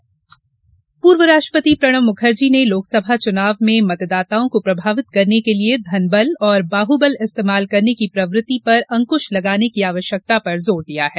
पूर्व राष्ट्रपति पूर्व राष्ट्रपति प्रणव मुखर्जी ने लोकसभा चुनाव में मतदाताओं को प्रभावित करने के लिये धनबल और बाहूबल इस्तेमाल करने की प्रवृत्ति पर अंकुश लगाने के आवश्यकता पर जोर दिया है